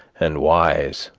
and wise?